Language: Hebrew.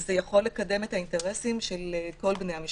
זה יכול לקדם את האינטרסים של כל בני המשפחה.